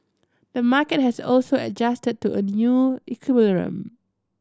the market has also adjusted to a new equilibrium